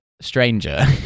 stranger